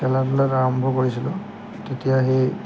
খেলা ধূলা আৰম্ভ কৰিছিলোঁ তেতিয়া সেই